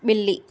ॿिली